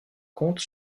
compte